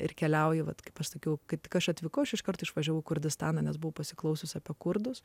ir keliauji vat kai pasakiau kad aš atvykau aš iškart išvažiavau į kurdistaną nes buvau pasiklausius apie kurdus